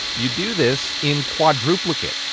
you do this in quadruplicate.